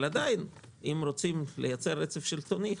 אבל עדיין אם רוצים לייצר רצף שלטוני,